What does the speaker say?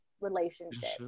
relationship